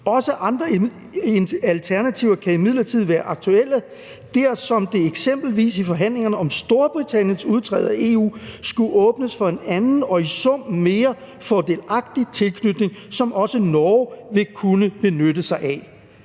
Også andre alternativer kan imidlertid være aktuelle, dersom der eksempelvis i forhandlingerne om Storbritanniens udtræden af EU skulle åbnes for en anden og i sum mere fordelagtig tilknytning, som også Norge vil kunne benytte sig af.